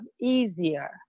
easier